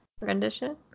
rendition